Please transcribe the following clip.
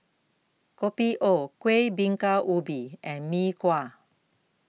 Kopi O Kueh Bingka Ubi and Mee Kuah